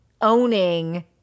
owning